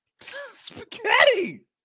Spaghetti